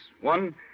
One